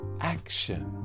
action